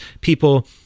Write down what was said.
people